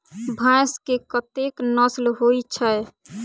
भैंस केँ कतेक नस्ल होइ छै?